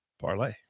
parlay